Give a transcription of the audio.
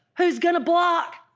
who's gonna block?